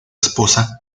esposa